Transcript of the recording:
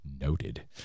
noted